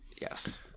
Yes